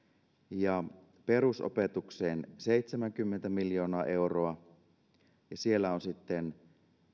ja perusopetukseen seitsemänkymmentä miljoonaa euroa ja siellä on sitten